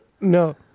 No